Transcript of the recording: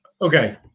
Okay